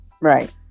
Right